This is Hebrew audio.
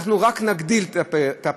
אנחנו רק נגדיל את הפער,